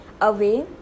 away